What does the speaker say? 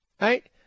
Right